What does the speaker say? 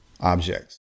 objects